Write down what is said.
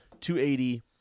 280